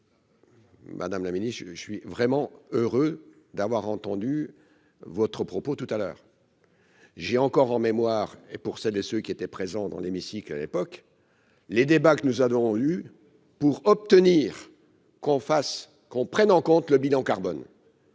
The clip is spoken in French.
Madame la Ministre je, je suis vraiment heureux d'avoir entendu votre propos tout à l'heure. J'ai encore en mémoire et pour celles et ceux qui étaient présents dans l'hémicycle à l'époque, les débats que nous avons eu pour obtenir qu'on fasse, qu'on prenne en compte le bilan carbone.